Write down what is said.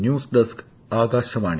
news desk Akashvani